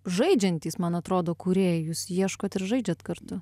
žaidžiantys man atrodo kūrėjai jūs ieškot ir žaidžiat kartu